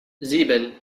sieben